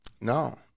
No